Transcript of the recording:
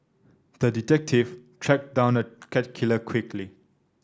the detective tracked down the cat killer quickly